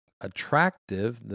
attractive